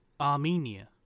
Armenia